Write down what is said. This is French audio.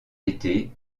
été